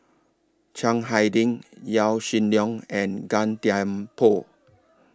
Chiang Hai Ding Yaw Shin Leong and Gan Thiam Poh